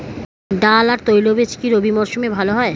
ডাল আর তৈলবীজ কি রবি মরশুমে ভালো হয়?